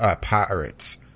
Pirates